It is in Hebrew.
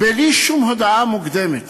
בלי שום הודעה מוקדמת.